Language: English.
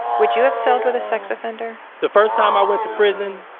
would you have celled with a sex offender the first time i went to prison,